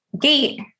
gate